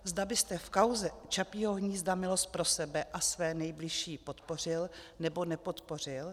Zda byste v kauze Čapího hnízda milost pro sebe a své nejbližší podpořil, nebo nepodpořil.